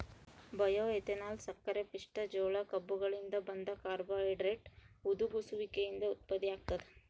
bioethanol ಸಕ್ಕರೆಪಿಷ್ಟ ಜೋಳ ಕಬ್ಬುಗಳಿಂದ ಬಂದ ಕಾರ್ಬೋಹೈಡ್ರೇಟ್ ಹುದುಗುಸುವಿಕೆಯಿಂದ ಉತ್ಪತ್ತಿಯಾಗ್ತದ